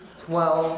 twelve